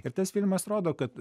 ir tas filmas rodo kad